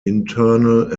internal